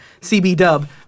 CB-Dub